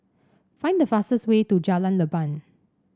find the fastest way to Jalan Leban